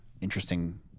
Interesting